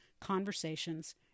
conversations